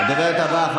תשאל את חבר שלך,